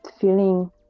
feeling